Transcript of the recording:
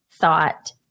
thought